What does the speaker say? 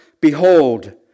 Behold